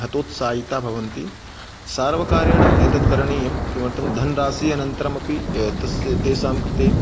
हतोत्साहिताः भवन्ति सर्वकारेण एतत् करणीयं किमर्थं धनराशिः अनन्तरमपि ए तस् तेषां कृते